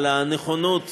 על הנכונות